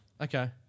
Okay